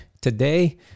today